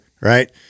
right